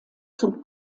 zum